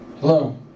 hello